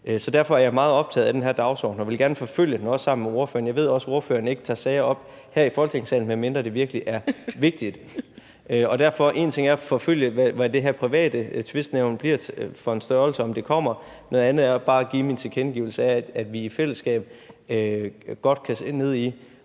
Så derfor er jeg meget optaget af den her dagsorden og vil gerne forfølge den, også sammen med ordføreren. Jeg ved også, at ordføreren ikke tager sager op her i Folketingssalen, medmindre det virkelig er vigtigt. Derfor: En ting er at forfølge, hvad det her private tvistnævnt bliver for en størrelse, og om det kommer, noget andet er bare at give min tilkendegivelse af, at vi i fællesskab godt kan se ned i,